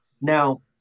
Now